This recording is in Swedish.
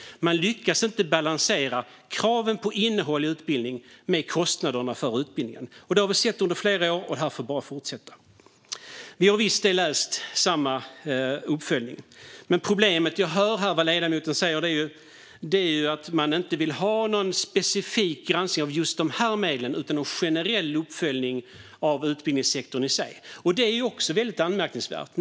Man lyckas inte balansera kraven på innehåll i utbildningen med kostnaderna för den. Det har vi sett i flera år, och här får det bara fortsätta. Jo, vi har läst samma uppföljning. Problemet jag hör i det som ledamoten säger är att man inte vill ha en specifik granskning av just dessa medel, utan man vill ha en generell uppföljning av utbildningssektorn. Det är väldigt anmärkningsvärt.